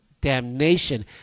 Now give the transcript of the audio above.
damnation